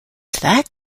that